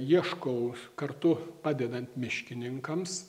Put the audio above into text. ieškau kartu padedant miškininkams